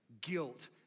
guilt